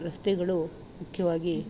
ರಸ್ತೆಗಳು ಮುಖ್ಯವಾಗಿ